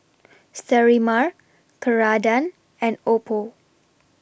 Sterimar Ceradan and Oppo